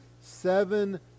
seven